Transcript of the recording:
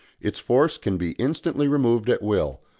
its force can be instantly removed at will,